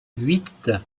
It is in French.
huit